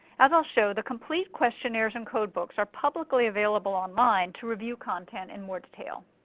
as ill show, the complete questionnaires and codebooks are publicly available online to review content in more detail.